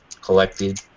collected